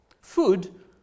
Food